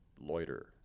loiter